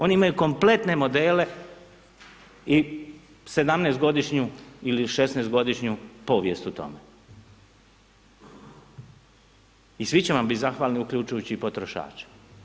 Oni imaju kompletne modele i 17 g. ili 16 godišnju povijest u tome. i svi će vam biti zahvalni uključujući i potrošače.